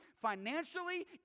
financially